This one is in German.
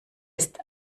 ist